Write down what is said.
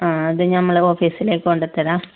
ആ അത് നമ്മൾ ഓഫിസിലേക്ക് കൊണ്ട് തരാം